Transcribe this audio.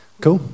Cool